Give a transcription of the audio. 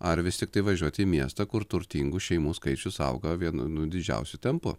ar vis tiktai važiuoti į miestą kur turtingų šeimų skaičius auga vienu nu didžiausiu tempu